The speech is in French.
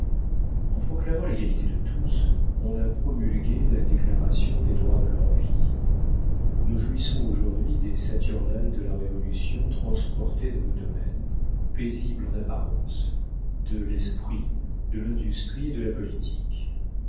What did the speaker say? en proclamant l'égalité de tous on a promulgué la déclaration des droits de l'envie nous jouissons aujourd'hui des saturnales de la révolution transportées dans le domaine paisible en apparence de l'esprit de l'industrie et de la politique